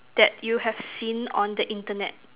that you have seen on the internet